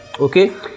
okay